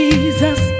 Jesus